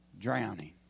Drowning